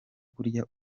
kurya